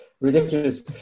Ridiculous